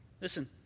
Listen